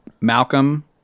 Malcolm